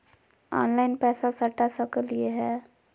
Online पैसा सटा सकलिय है?